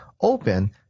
open